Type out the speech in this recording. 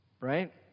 right